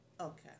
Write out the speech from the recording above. Okay